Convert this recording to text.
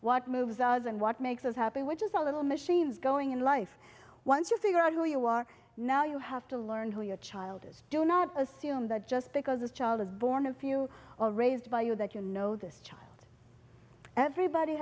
and what makes us happy which is a little machines going in life once you figure out who you are now you have to learn who your child is do not assume that just because a child is born a few or raised by you that you know this child everybody